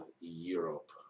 Europe